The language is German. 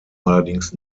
allerdings